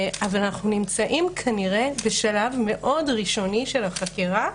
אנחנו נמצאים כנראה בשלב מאוד ראשוני של החקירה,